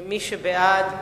מי שבעד,